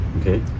Okay